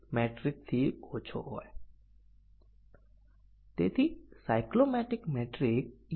તેથી જ્યારે A B સાચું હોય ત્યારે નિર્ણય પરિણામ સાચા અને તેથી વધુ છે